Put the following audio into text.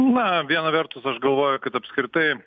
na viena vertus aš galvoju kad apskritai